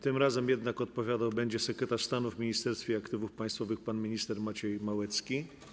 Tym razem jednak będzie odpowiadał sekretarz stanu w Ministerstwie Aktywów Państwowych pan minister Maciej Małecki.